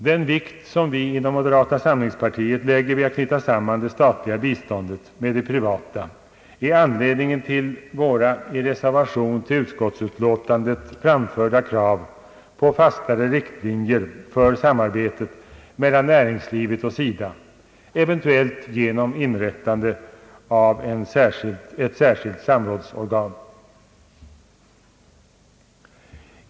Den vikt som vi inom moderata samlingspartiet lägger vid att knyta samman det statliga biståndet med det privata är anledningen till våra i reservation till utskottsutlåtandet framförda krav på fastare riktlinjer för samarbetet mellan näringslivet och SIDA, eventuellt genom inrättandet av ett särskilt samrådsorgan.